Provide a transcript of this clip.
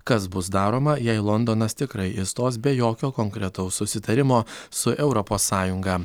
kas bus daroma jei londonas tikrai išstos be jokio konkretaus susitarimo su europos sąjunga